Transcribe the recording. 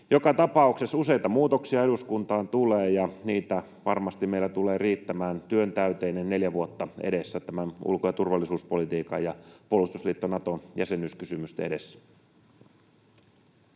Joka tapauksessa useita muutoksia eduskuntaan tulee, ja niitä varmasti meillä tulee riittämään. Työntäyteinen neljä vuotta on edessä tämän ulko- ja turvallisuuspolitiikan ja puolustusliitto Naton jäsenyyskysymysten edessä.